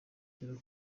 tugiye